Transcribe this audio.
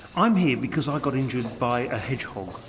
i'm here because i got injured by a hedgehog.